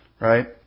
Right